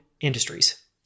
industries